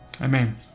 Amen